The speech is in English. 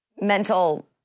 mental